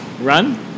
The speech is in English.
run